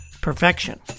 perfection